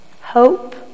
hope